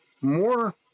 more